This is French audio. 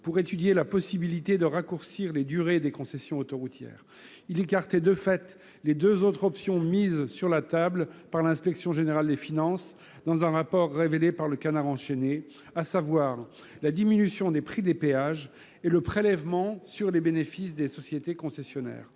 pour étudier la possibilité de raccourcir les durées des concessions autoroutières. Il écartait, de fait, les deux autres options mises sur la table par l'inspection générale des finances dans un rapport révélé par, à savoir la diminution des prix des péages et le prélèvement sur les bénéfices des sociétés concessionnaires.